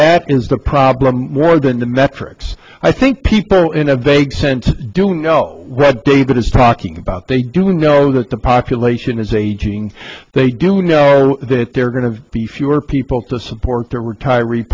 that is the problem more than the metrics i think people in a vague sense do know read david is talking about they do know that the population is aging they do know that they're going to be fewer people to support to retire